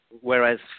whereas